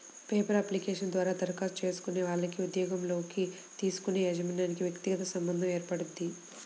paper application ద్వారా దరఖాస్తు చేసుకునే వాళ్లకి ఉద్యోగంలోకి తీసుకునే యజమానికి వ్యక్తిగత సంబంధం ఏర్పడుద్ది